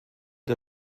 der